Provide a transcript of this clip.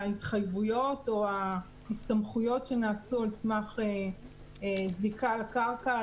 ההתחייבויות או ההסתמכויות שנעשו על סמך זיקה לקרקע,